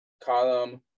column